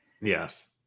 Yes